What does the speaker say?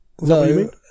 No